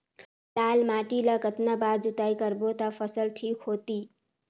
लाल माटी ला कतना बार जुताई करबो ता फसल ठीक होती?